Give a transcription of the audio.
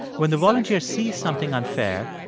when the volunteer sees something unfair,